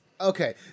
Okay